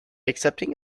accepting